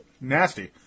nasty